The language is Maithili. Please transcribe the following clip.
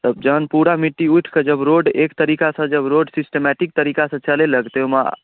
तऽ जहन पूरा मिट्टी उइठ कऽ जब रोड एक तरीका सऽ जब रोड सिस्टमेटिक तरीका सऽ चले लगतै